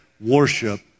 worship